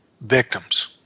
victims